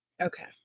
Okay